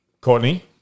Courtney